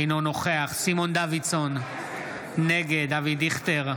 אינו נוכח סימון דוידסון, נגד אבי דיכטר,